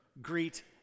greet